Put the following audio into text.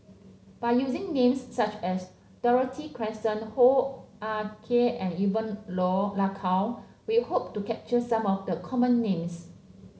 by using names such as Dorothy Krishnan Hoo Ah Kay and Evon Law Lak Kow we hope to capture some of the common names